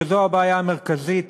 כשזו הבעיה המרכזית